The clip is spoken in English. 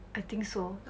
I think so